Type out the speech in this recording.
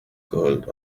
curled